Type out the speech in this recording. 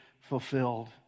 fulfilled